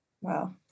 wow